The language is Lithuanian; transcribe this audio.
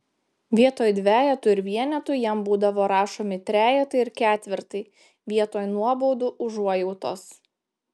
vietoj dvejetų ir vienetų jam būdavo rašomi trejetai ir ketvirtai vietoj nuobaudų užuojautos